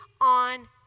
on